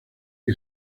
que